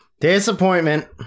Disappointment